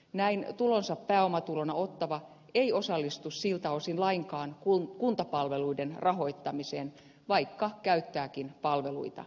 näin tulonsa pääomatulona ottava ei osallistu siltä osin lainkaan kuntapalveluiden rahoittamiseen vaikka käyttääkin palveluita